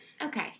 Okay